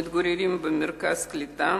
המתגוררים במרכז קליטה,